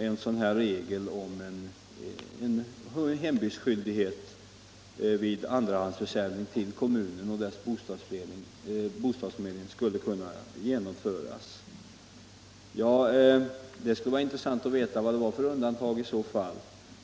en sådan här regel om hembudsskyldighet vid andrahandsförsäljning till kommunen och dess bostadsförmedling skall kunna genomföras. Det skulle vara intressant att veta vad det var för undantag.